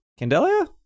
Candelia